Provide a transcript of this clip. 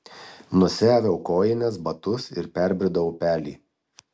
nusiaviau kojines batus ir perbridau upelį